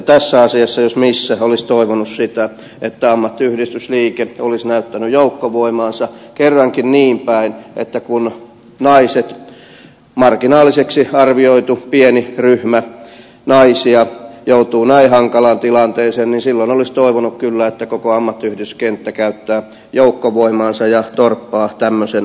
tässä asiassa jos missä olisi toivonut että ammattiyhdistysliike olisi näyttänyt joukkovoimaansa kerrankin niin päin että kun naiset marginaaliseksi arvioitu pieni ryhmä naisia joutuvat näin hankalaan tilanteeseeni sillä mallistoon on kyllä tilanteeseen koko ammattiyhdistyskenttä käyttäisi joukkovoimaansa ja torppaisi tämmöisen esityksen